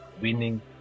winning